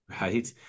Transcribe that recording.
right